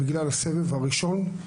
בגלל הסבב הראשון.